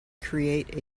create